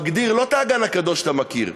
מגדיר לא את האגן הקדוש שאתה מכיר,